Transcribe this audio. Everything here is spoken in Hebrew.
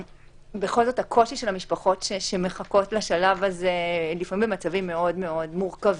והקושי של המשפחות שמחכות לשלב הזה - לפעמים מצבים מאוד מורכבים.